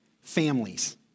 families